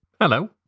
Hello